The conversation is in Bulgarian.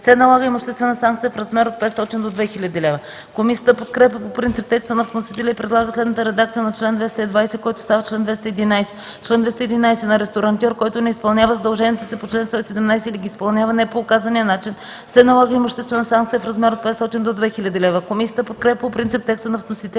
се налага имуществена санкция в размер от 500 до 2000 лв.” Комисията подкрепя по принцип текста на вносителя и предлага следната редакция на чл. 220, който става чл. 211: „Чл. 211. На ресторантьор, който не изпълнява задълженията си по чл. 117 или ги изпълнява не по указания начин, се налага имуществена санкция в размер от 500 до 2000 лв.” Комисията подкрепя по принцип текста на вносителя